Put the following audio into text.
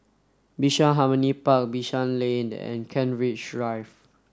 Bishan Harmony Park Bishan Lane and Kent Ridge Drive